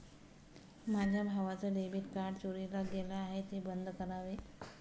माझ्या भावाचं debit card चोरीला गेलं आहे, ते बंद करावे